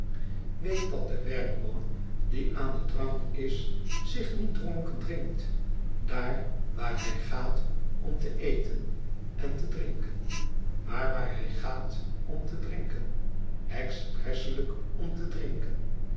weet dat de werkman die aan den drank is zich niet dronken drinkt daar waar hij gaat om te eten en te drinken maar waar hij gaat om te drinken expresselijk om te drinken